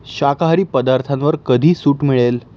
शाकाहारी पदार्थांवर कधी सूट मिळेल